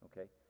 okay